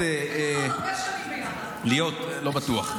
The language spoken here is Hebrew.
לא בטוח.